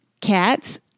Cats